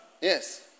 yes